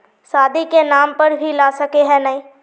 शादी के नाम पर भी ला सके है नय?